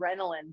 adrenaline